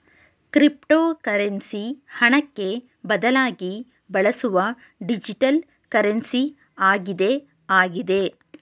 cryptocurrency ಹಣಕ್ಕೆ ಬದಲಾಗಿ ಬಳಸುವ ಡಿಜಿಟಲ್ ಕರೆನ್ಸಿ ಆಗಿದೆ ಆಗಿದೆ